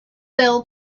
fell